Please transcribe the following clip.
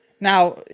Now